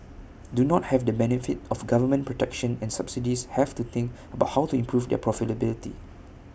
do not have the benefit of government protection and subsidies have to think about how to improve their profitability